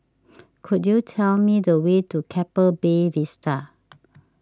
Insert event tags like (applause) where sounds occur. (noise) could you tell me the way to Keppel Bay Vista